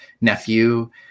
nephew